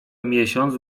miesiąc